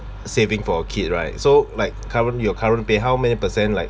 saving for a kid right so like currently your current pay how many percent like